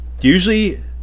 usually